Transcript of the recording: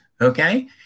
Okay